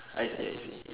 I see I see